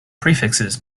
prefixes